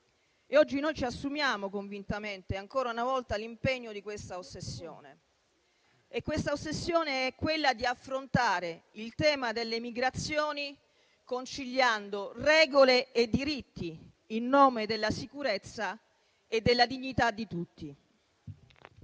oggi ce ne assumiamo convintamente, ancora una volta, l'impegno. Questa ossessione è quella di affrontare il tema delle migrazioni, conciliando regole e diritti in nome della sicurezza e della dignità di tutti.